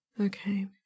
Okay